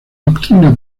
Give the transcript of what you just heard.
doctrina